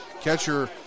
catcher